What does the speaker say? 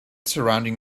surrounding